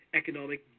economic